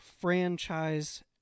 franchise